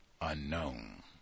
unknown